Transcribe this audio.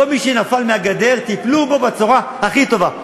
כל מי שנפל מהגדר, טיפלו בו בצורה הכי טובה.